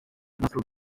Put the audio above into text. nasıl